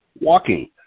walking